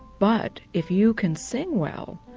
but if you can sing well,